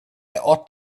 ought